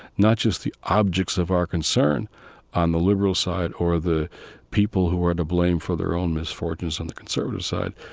not just the objects of our concern on the liberal side or the people who are to blame for their own misfortunes on the conservative side,